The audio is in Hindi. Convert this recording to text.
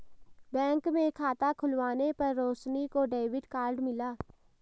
बैंक में खाता खुलवाने पर रोशनी को डेबिट कार्ड मिला